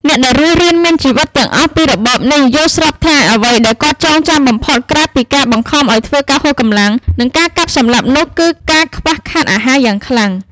អ្នក ដែលនៅរស់រានមានជីវិតទាំងអស់ពីរបបនេះ យល់ស្របថា អ្វីដែល គាត់ចងចាំបំផុតក្រៅពីការបង្ខំឱ្យធ្វើការហួសកម្លាំងនិងការកាប់សម្លាប់ នោះ គឺការខ្វះខាតអាហារយ៉ាងខ្លាំង ។